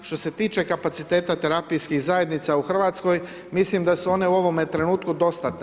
Što se tiče kapaciteta terapijskih zajednica u Hrvatskoj, mislim da su one u ovome trenutku dostatne.